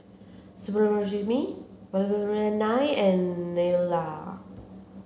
Subbulakshmi Vallabhbhai and Neila